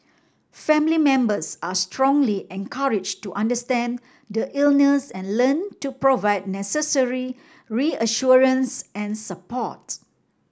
family members are strongly encourage to understand the illness and learn to provide necessary reassurance and support